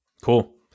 cool